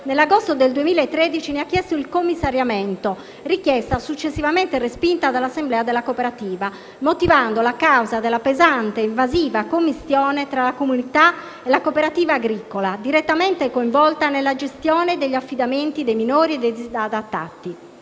nell'agosto 2013 ne ha chiesto il commissariamento (richiesta successivamente respinta dall'assemblea della cooperativa), motivandolo a causa della pesante e invasiva commistione tra la comunità e la cooperativa agricola direttamente coinvolta nella gestione degli affidamenti dei minori e disadattati.